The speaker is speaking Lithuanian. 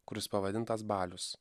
kuris pavadintas balius